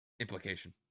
Implication